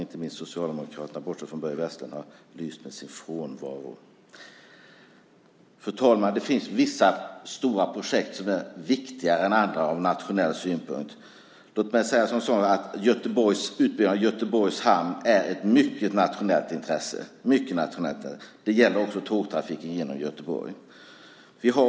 Inte minst har Socialdemokraterna, bortsett från Börje Vestlund, lyst med sin frånvaro. Fru talman! Det finns vissa stora projekt som är viktigare än andra ur nationell synpunkt. Utbyggnaden av Göteborgs hamn är ett mycket stort nationellt intresse. Det gäller också tågtrafiken genom Göteborg.